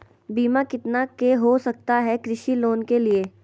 बीमा कितना के हो सकता है कृषि लोन के लिए?